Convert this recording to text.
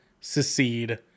succeed